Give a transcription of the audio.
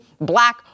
black